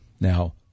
now